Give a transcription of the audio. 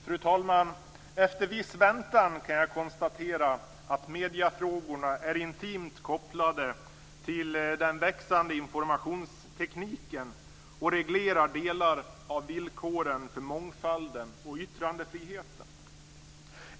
Fru talman! Efter viss väntan kan jag konstatera att mediefrågorna är intimt kopplade till den växande informationstekniken och reglerar delar av villkoren för mångfalden och yttrandefriheten.